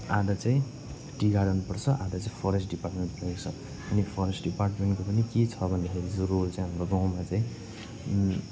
आधा चाहिँ tea garden पर्छ आधा चाहिँ फरेस्ट डिपार्टमेन्ट परेको छ अनि फरेस्ट डिपार्टमेन्टको पनि के छ भन्दाखेरि चाहिँ रोल चाहिँ हाम्रो गाउँमा चाहिँ